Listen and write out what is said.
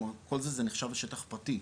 כלומר כל זה נחשב לשטח פרטי.